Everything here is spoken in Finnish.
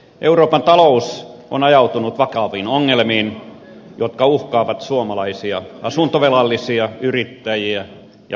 euroopan talous on ajautunut vakaviin ongelmiin jotka uhkaavat suomalaisia asuntovelallisia yrittäjiä ja palkansaajia